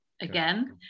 again